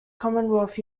commonwealth